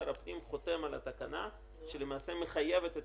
שר הפנים חותם על תקנה שלמעשה מחייבת את